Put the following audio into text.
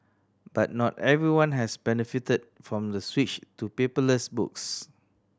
but not everyone has benefited from the switch to paperless books